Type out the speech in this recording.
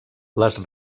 les